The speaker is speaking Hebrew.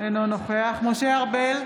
אינו נוכח משה ארבל,